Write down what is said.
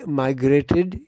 migrated